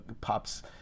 pops